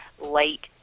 late